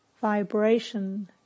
vibration